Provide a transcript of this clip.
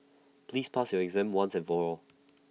please pass your exam once and for all